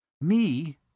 Me